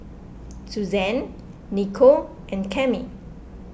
Susann Niko and Cami